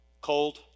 Cold